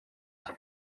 cye